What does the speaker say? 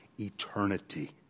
eternity